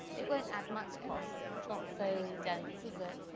it won't add much cost, it's not so dense, is it?